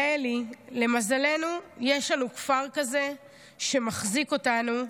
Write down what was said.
יעלי, למזלנו יש לנו כפר כזה שמחזיק אותנו,